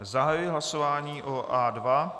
Zahajuji hlasování o A2.